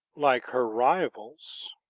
like her rivals,